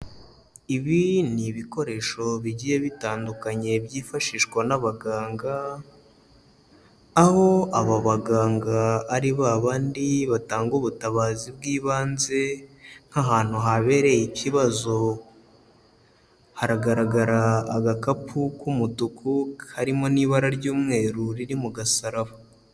Ibi ni ibikoresho bigiye bitandukanye byifashishwa n'abaganga, aho aba baganga ari babandi batanga ubutabazi bw'ibanze nk'ahantu habereye ikibazo, haragaragara agakapu k'umutuku karimo n'ibara ry'umweru riri mu gasaraba.